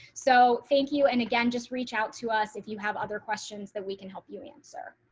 so thank you. and again, just reach out to us if you have other questions that we can help you answer.